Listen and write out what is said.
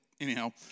anyhow